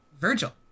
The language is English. Virgil